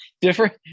different